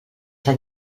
tan